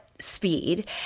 speed